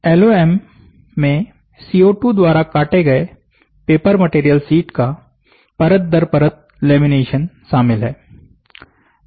LOM मेंCO2 द्वारा काटे गए पेपर मटेरियल शीट का परत दर परत लेमिनेशन शामिल है